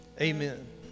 Amen